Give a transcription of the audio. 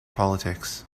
politics